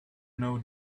know